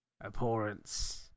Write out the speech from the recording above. abhorrence